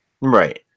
right